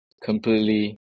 completely